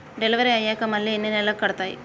Delivery అయ్యాక మళ్ళీ ఎన్ని నెలలకి కడుతాయి?